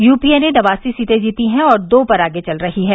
UPA ने नवासी सीटें जीती हैं और दो पर आगे चल रही है